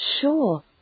sure